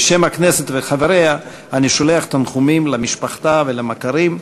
בשם הכנסת וחבריה אני שולח תנחומים למשפחה ולמכריה.